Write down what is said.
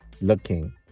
looking